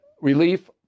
relief